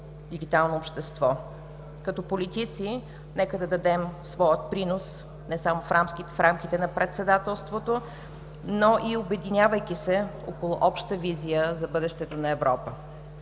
дигитално общество. Като политици нека да дадем своя принос, не само в рамките на председателството, но и обединявайки се около обща визия за бъдещето на Европа.